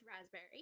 raspberry